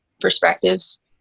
perspectives